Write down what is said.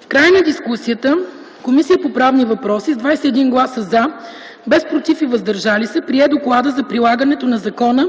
В края на дискусията Комисията по правни въпроси с 21 гласа „за”, без ”против” и „въздържали се” прие Доклад за прилагането на закона